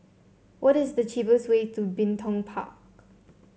what is the cheapest way to Bin Tong Park